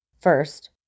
First